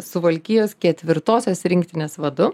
suvalkijos ketvirtosios rinktinės vadu